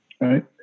right